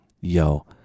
Yo